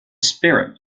spirit